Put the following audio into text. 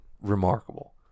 remarkable